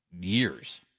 years